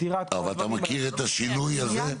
אבל אתה מכיר את השינוי הזה?